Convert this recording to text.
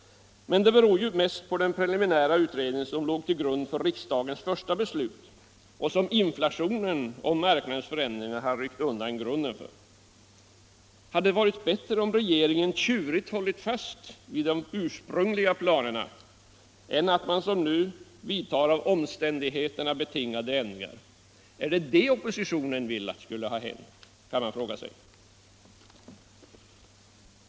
Men det beror ju mest på den preliminära utredning som låg till grund för riksdagens första beslut, och som inflationen och marknadens förändringar har ryckt undan grunden för. Hade det varit bättre om regeringen tjurigt hållit fast vid de ursprungliga planerna än att man som nu vidtar av omständigheterna betingade ändringar? Är det vad oppositionen önskar skulle ha hänt?